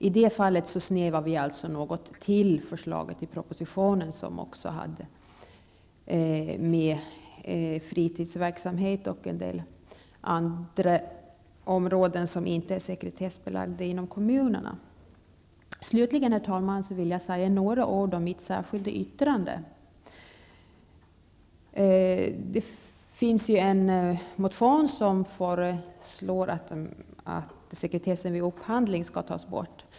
I detta fall snävar vi alltså in förslaget i propositionen, där också fritidsverksamheten var med och en del andra områden som inte är sekretessbelagda inom kommunerna. Herr talman! Slutligen vill jag säga några ord om mitt särskilda yttrande. I en motion föreslås att sekretessen vid upphandling skall tas bort.